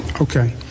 Okay